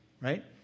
right